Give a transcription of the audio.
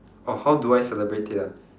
oh how do I celebrate it ah